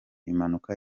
impanuka